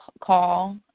call